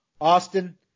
Austin